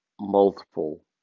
multiple